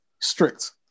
strict